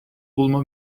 bulma